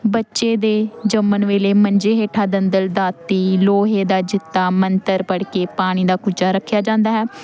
ਬੱਚੇ ਦੇ ਜੰਮਣ ਵੇਲੇ ਮੰਜੇ ਹੇਠਾਂ ਦੰਦਲ ਦਾਤੀ ਲੋਹੇ ਦਾ ਜਿੰਦਾ ਮੰਤਰ ਪੜ੍ਹ ਕੇ ਪਾਣੀ ਦਾ ਕੁੱਜਾ ਰੱਖਿਆ ਜਾਂਦਾ ਹੈ